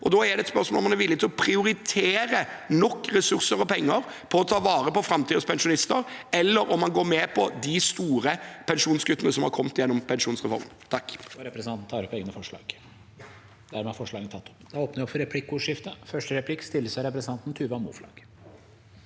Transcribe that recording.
Da er det også et spørsmål om hvorvidt man er villig til å prioritere nok ressurser og penger på å ta vare på framtidens pensjonister, eller om man går med på de store pensjonskuttene som har kommet gjennom pensjonsreformen. Jeg